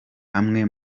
amwe